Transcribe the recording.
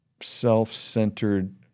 self-centered